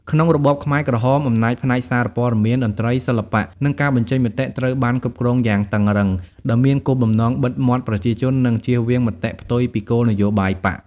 ក្នុងរបបខ្មែរក្រហម អំណាចផ្នែកសារព័ត៌មាន តន្ត្រី សិល្បៈ និងការបញ្ចេញមតិ ត្រូវបានគ្រប់គ្រងយ៉ាងតឹងរឹង ដោយមានគោលបំណងបិទមាត់ប្រជាជន និងជៀសវាងមតិផ្ទុយពីគោលនយោបាយបក្ស។